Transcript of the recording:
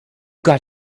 got